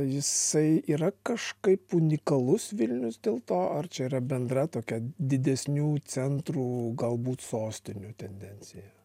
jisai yra kažkaip unikalus vilnius dėl to ar čia yra bendra tokia didesnių centrų galbūt sostinių tendencija